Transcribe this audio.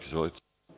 Izvolite.